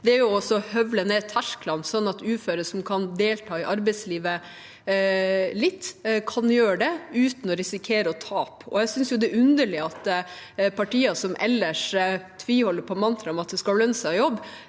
er å høvle ned tersklene, sånn at uføre som kan delta litt i arbeidslivet, kan gjøre det uten å risikere å tape på det. Jeg synes det er underlig at partier som ellers tviholder på mantraet om at det skal lønne seg å jobbe,